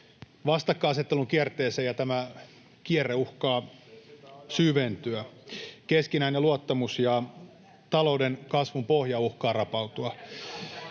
vastakkainasettelun kierteeseen, ja tämä kierre uhkaa syventyä. Keskinäinen luottamus ja talouden kasvun pohja uhkaavat rapautua.